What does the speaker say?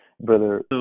Brother